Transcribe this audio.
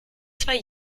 zwei